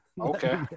okay